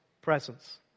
presence